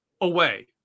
away